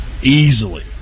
Easily